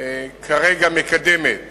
כרגע מקדמת